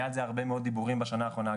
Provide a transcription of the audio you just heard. היה על זה הרבה מאוד דיבורים בשנה האחרונה.